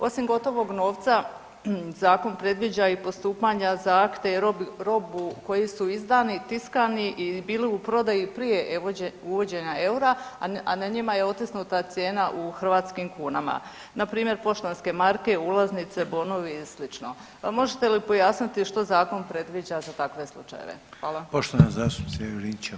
Osim gotovog novca zakon predviđa i postupanja za akte i robu koji su izdani, tiskani i bili u prodaji prije uvođenja eura, a na njima je otisnuta cijena u hrvatskim kunama, npr. poštanske marke, ulaznice, bonovi i slično, pa možete li pojasniti što zakon predviđa za takve slučajeve?